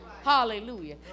Hallelujah